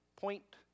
Point